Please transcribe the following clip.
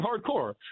hardcore